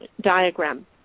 diagram